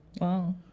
Wow